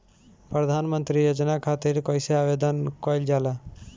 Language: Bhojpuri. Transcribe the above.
प्रधानमंत्री योजना खातिर कइसे आवेदन कइल जाला?